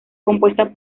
compuestas